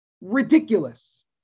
ridiculous